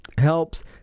helps